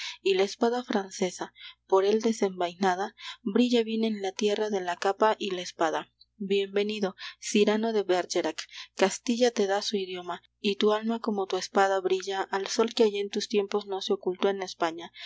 y la espada francesa por él desenvainada brilla bien en la tierra de la capa y la espada bienvenido cirano de bergerac castilla te da su idioma y tu alma como tu espada brilla al sol que allá en tus tiempos no se ocultó en españa